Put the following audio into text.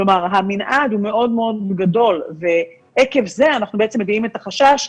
כלומר המנעד הוא מאוד מאוד גדול ועקב זה אנחנו בעצם מביעים את החשש.